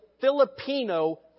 Filipino